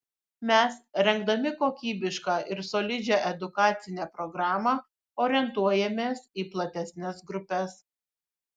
mes rengdami kokybišką ir solidžią edukacinę programą orientuojamės į platesnes grupes